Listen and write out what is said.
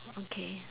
okay